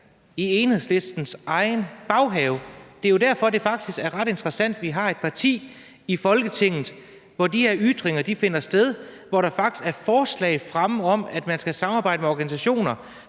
i Enhedslistens egen baghave. Det er jo derfor, det faktisk er ret interessant. Vi har et parti i Folketinget, hvor de her ytringer finder sted, hvor der faktisk er forslag fremme om, at man skal samarbejde med organisationer,